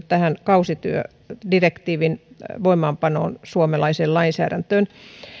tähän kausityödirektiivin voimaanpanoon suomalaiseen lainsäädäntöön